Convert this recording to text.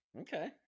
Okay